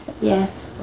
Yes